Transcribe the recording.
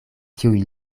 kiuj